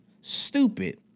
Stupid